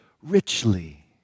Richly